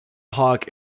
hawk